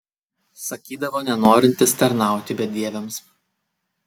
sakydavo nenorintis tarnauti bedieviams